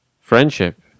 friendship